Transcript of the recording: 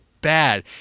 bad